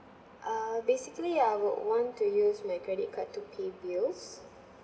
ah basically I would want to use my credit card to pay bills